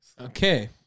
Okay